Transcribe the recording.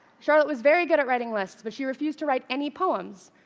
charlotte was very good at writing lists, but she refused to write any poems.